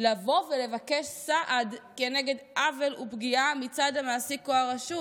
לבוא ולבקש סעד כנגד עוול ופגיעה מצד המעסיק או הרשות.